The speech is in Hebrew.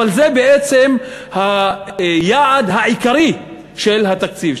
אבל זה בעצם היעד העיקרי של התקציב,